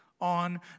on